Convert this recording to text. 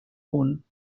punt